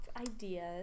ideas